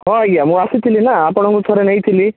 ହଁ ଆଜ୍ଞା ମୁଁ ଆସିଥିଲିନା ଆପଣଙ୍କୁ ଥରେ ନେଇଥିଲି